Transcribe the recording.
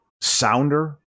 Sounder